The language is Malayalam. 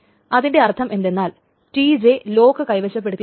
അതിൻറെ അർത്ഥം എന്തെന്നാൽ Tj ലോക്ക് കൈവശപ്പെടുത്തിയിരുന്നു